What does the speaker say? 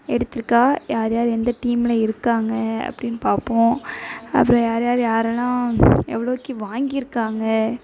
எடுத்திருக்கா யார் யார் எந்த டீம்ல இருக்காங்க அப்படின்னு பார்ப்போம் அப்புறோம் யார் யார் யாரெல்லாம் எவ்வளோக்கி வாங்கியிருக்காங்க